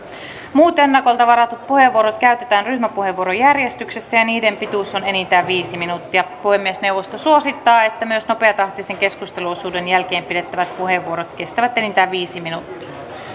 muut ennakolta varatut puheenvuorot käytetään ryhmäpuheenvuorojärjestyksessä ja niiden pituus on enintään viisi minuuttia puhemiesneuvosto suosittaa että myös nopeatahtisen keskusteluosuuden jälkeen pidettävät puheenvuorot kestävät enintään viisi minuuttia